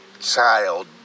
child